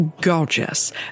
gorgeous